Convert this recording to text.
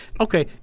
Okay